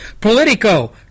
Politico